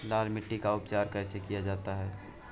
लाल मिट्टी का उपचार कैसे किया जाता है?